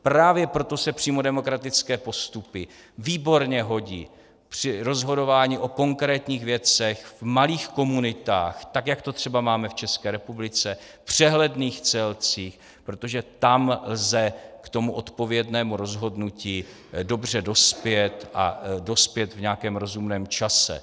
Právě proto se přímo demokratické postupy výborně hodí při rozhodování o konkrétních věcech v malých komunitách, tak jak to třeba máme v České republice, přehledných celcích, protože tam lze k tomu odpovědnému rozhodnutí dobře dospět a dospět v nějakém rozumném čase.